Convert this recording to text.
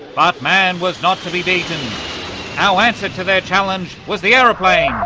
but man was not to be beaten our answer to their challenge was the aeroplane